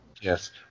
Yes